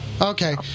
Okay